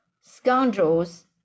scoundrels